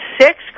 six